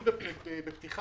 שיש לי רצון לדבר,